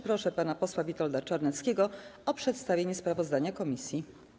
Proszę pana posła Witolda Czarneckiego o przedstawienie sprawozdania komisji.